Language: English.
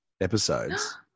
episodes